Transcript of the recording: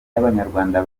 y’abanyarwanda